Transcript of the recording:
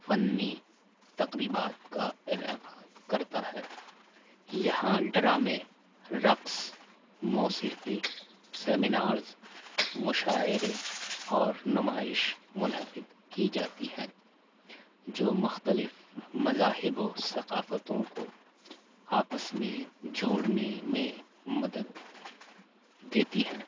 فنی تقریبات کا انعقاد کرتا ہے یہاں ڈرامے رقص موسیقی سیمینارز مشاعرے اور نمائش منعقد کی جاتی ہیں جو مختلف مذاہب و ثقافتوں کو آپس میں جوڑنے میں مدد دیتی ہیں